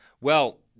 Well-